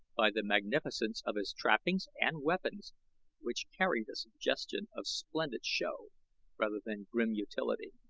by the magnificence of his trappings and weapons which carried a suggestion of splendid show rather than grim utility.